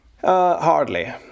Hardly